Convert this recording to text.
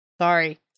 Sorry